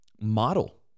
model